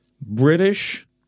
British